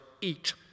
eat